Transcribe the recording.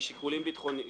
ביטחוניים.